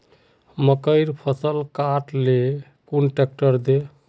मकईर फसल काट ले कुन ट्रेक्टर दे?